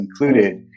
included